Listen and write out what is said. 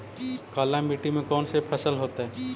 काला मिट्टी में कौन से फसल होतै?